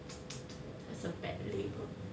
that's a bad label